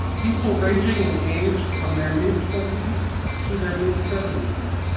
people ranging in age from their mid twenties to their mid seventies.